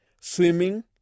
swimming